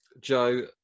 Joe